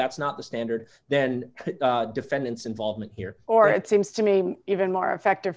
that's not the standard then defendants involvement here or it seems to me even more effective